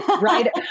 right